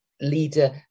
leader